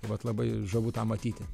tai vat labai žavu tą matyti